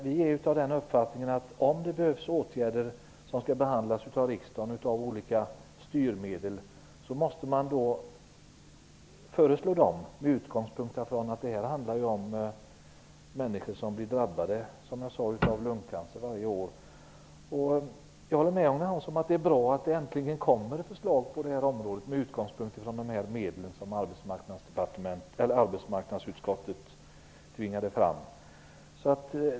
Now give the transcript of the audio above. Vi är av den uppfattningen att man måste föreslå åtgärder om riksdagen skall fatta beslut om olika styrmedel -- detta med utgångspunkt i att det handlar om att människor varje år drabbas av lungcancer. Jag håller med Agne Hansson om att det är bra att det äntligen kommer förslag på detta område med utgångspunkt i de medel som arbetsmarknadsutskottet tvingade fram.